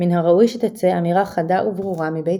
"מן הראוי שתצא אמירה חדה וברורה מבית